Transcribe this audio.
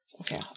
Okay